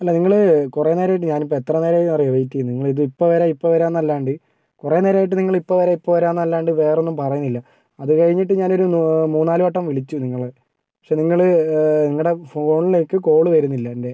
അല്ല നിങ്ങള് കുറേ നേരമായിട്ട് ഞാനിപ്പം എത്രനേരമായി എന്നറിയുമോ വെയിറ്റ് ചെയ്യുന്നത് നിങ്ങൾ ഇത് ഇപ്പം വരാം ഇപ്പം വരാം എന്നല്ലാണ്ട് കുറേ നേരമായിട്ട് നിങ്ങള് ഇപ്പം വരാം ഇപ്പം വരാം എന്നല്ലാണ്ട് വേറൊന്നും പറയുന്നില്ല അത് കഴിഞ്ഞിട്ട് ഞാൻ ഒരു മൂന്ന് നാല് വട്ടം വിളിച്ചു നിങ്ങളെ പക്ഷേ നിങ്ങള് നിങ്ങളുടെ ഫോണിലേക്ക് കോൾ വരുന്നില്ല എൻ്റെ